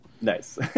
Nice